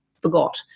forgot